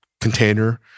container